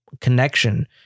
connection